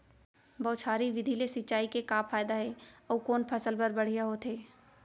बौछारी विधि ले सिंचाई के का फायदा हे अऊ कोन फसल बर बढ़िया होथे?